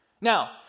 Now